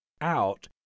out